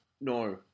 no